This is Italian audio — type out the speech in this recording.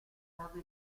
nuove